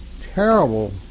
terrible